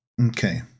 Okay